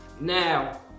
now